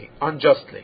unjustly